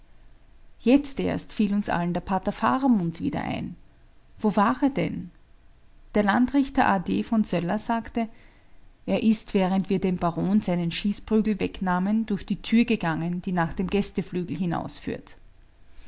jetzt erst fiel uns allen der pater faramund wieder ein wo war er denn der landrichter a d von söller sagte er ist während wir dem baron seinen schießprügel wegnahmen durch die tür gegangen die nach dem gästeflügel